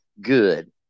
good